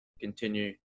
continue